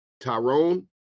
Tyrone